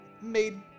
made